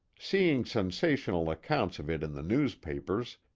seeing sensational accounts of it in the newspapers,